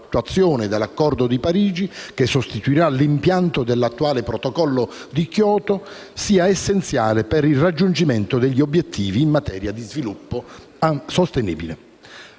dell'Accordo di Parigi, che sostituirà l'impianto dell'attuale Protocollo di Kyoto, sia essenziale per il raggiungimento degli obiettivi in materia di sviluppo sostenibile.